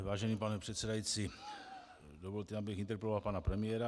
Vážený pane předsedající, dovolte, abych interpeloval pana premiéra.